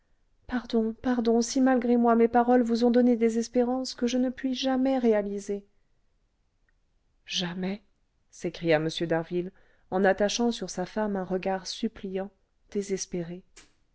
pardon pardon si malgré moi mes paroles vous ont donné des espérances que je ne puis jamais réaliser jamais s'écria m d'harville en attachant sur sa femme un regard suppliant désespéré